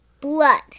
blood